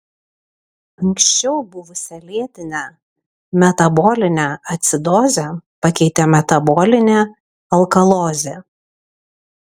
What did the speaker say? anksčiau buvusią lėtinę metabolinę acidozę pakeitė metabolinė alkalozė